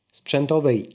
sprzętowej